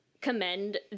commend